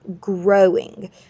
growing